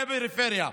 זה פריפריה.